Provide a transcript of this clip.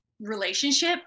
relationship